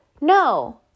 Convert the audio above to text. no